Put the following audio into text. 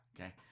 Okay